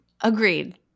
Agreed